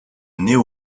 néo